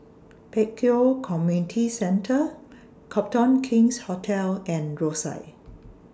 Pek Kio Community Centre Copthorne King's Hotel and Rosyth